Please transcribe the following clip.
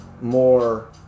more